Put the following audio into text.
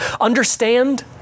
Understand